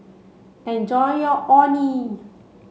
enjoy your Orh Nee